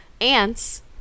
ants